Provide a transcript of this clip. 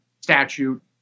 statute